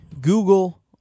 Google